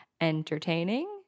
entertaining